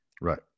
Right